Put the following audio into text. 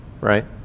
right